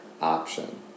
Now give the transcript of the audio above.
option